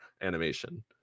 animation